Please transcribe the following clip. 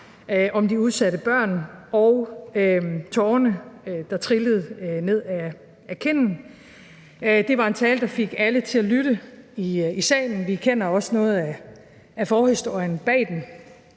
om de udsatte børn, med tårerne trillende ned ad kinden. Det var en tale, der fik alle i salen til at lytte. Vi kender også noget af forhistorien bag den,